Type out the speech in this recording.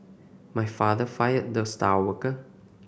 my father fired the star worker